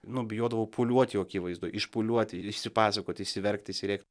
nu bijodavau pūliuot jo akivaizdoj išpūliuoti ir išsipasakot išsiverkt išsirėkt